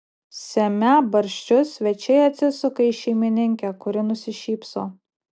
semią barščius svečiai atsisuka į šeimininkę kuri nusišypso